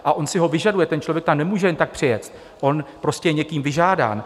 A on si ho vyžaduje, ten člověk tam nemůže jen tak přijet, on prostě je někým vyžádán.